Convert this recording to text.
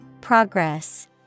Progress